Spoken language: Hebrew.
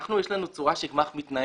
לנו יש צורה לפיה הגמ"ח מתנהל.